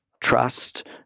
trust